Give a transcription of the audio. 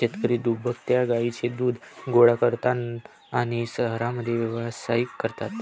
शेतकरी दुभत्या गायींचे दूध गोळा करतात आणि शहरांमध्ये व्यवसायही करतात